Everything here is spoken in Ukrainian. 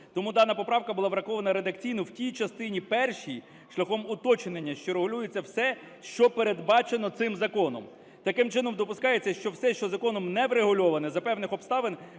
Тому дана поправка була врахована редакційно в тій частині першій шляхом уточнення, що регулюється все, що передбачено цим законом. Таким чином допускається, що все, що законом не врегульоване, за певних обставин